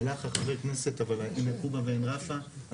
הלך חבר הכנסת אבל עין נקובא ועין רפא היה